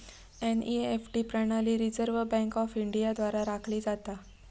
NEFT प्रणाली Reserve Bank of India द्वारा राखली जाता